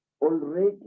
Already